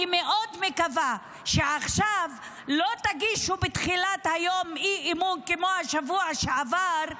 אני מאוד מקווה שעכשיו לא תגישו בתחילת היום אי-אמון כמו בשבוע שעבר,